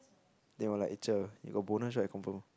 then we were like cher you got bonus right confirm